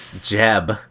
Jeb